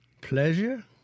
pleasure